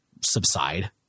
subside